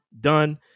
done